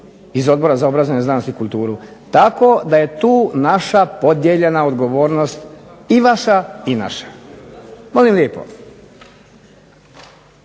iz Odbora za obrazovanje, znanost i kulturu. Tako da je tu naša podijeljena odgovornost i vaša i naša. Nadalje,